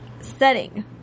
setting